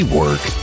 work